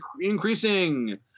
increasing